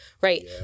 Right